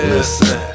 Listen